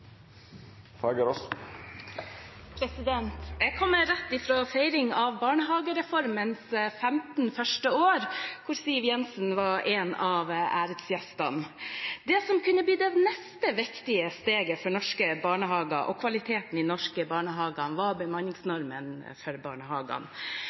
Jeg kommer rett fra feiring av barnehagereformens 15 første år, hvor Siv Jensen var en av æresgjestene. Det som kunne blitt det neste viktige steget for norske barnehager og kvaliteten i norske barnehager, var